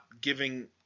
giving